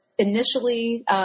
Initially